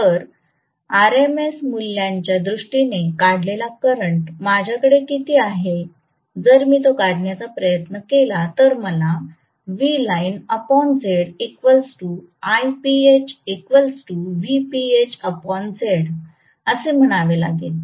तर आरएमएस मूल्याच्या दृष्टीने काढलेला करंट माझ्याकडे किती आहे जर मी तो काढण्याचा प्रयत्न केला तर मला असे म्हणावे लागेल